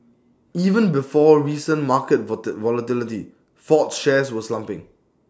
even before recent market vote volatility Ford's shares were slumping